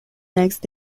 next